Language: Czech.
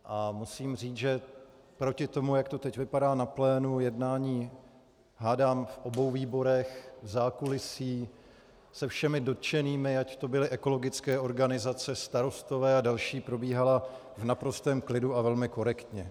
A musím říct, že proti tomu, jak to teď vypadá na plénu jednání, hádám v obou výborech, v zákulisí, se všemi dotčenými, ať to byly ekologické organizace, starostové a další, probíhala v naprostém klidu a velmi korektně.